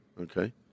okay